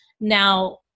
Now